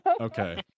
okay